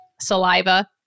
saliva